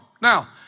Now